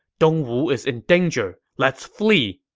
dongwu is in danger let's flee.